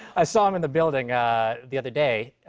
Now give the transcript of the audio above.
i saw him in the building the other day.